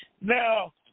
Now